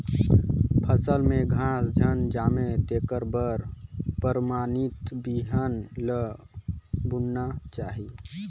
फसल में घास झन जामे तेखर बर परमानित बिहन ल बुनना चाही